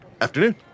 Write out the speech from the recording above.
Afternoon